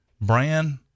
Brand